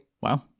Wow